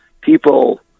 people